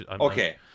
Okay